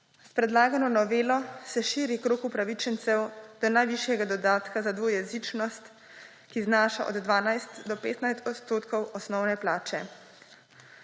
S predlagano novelo se širi krog upravičencev do najvišjega dodatka za dvojezičnost, ki znaša od 12 do 15 odstotkov osnovne plače.